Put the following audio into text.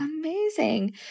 Amazing